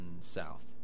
South